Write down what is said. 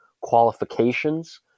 qualifications